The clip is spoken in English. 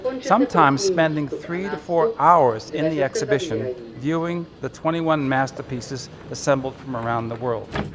sometimes spending three to four hours in the exhibition viewing the twenty one masterpieces assembled from around the world.